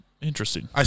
Interesting